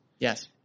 Yes